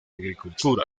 agricultura